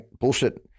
Bullshit